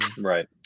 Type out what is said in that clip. Right